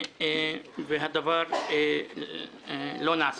אבל הדבר לא נעשה.